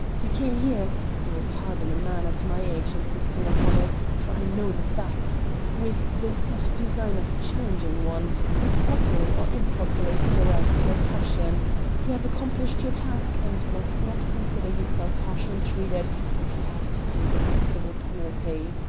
you came here you will pardon a man at my age insisting upon it, for i know the facts with the set design of challenging one who properly or improperly has aroused your passion you have accomplished your task, and must not consider yourself harshly treated if you have to pay the possible penalty.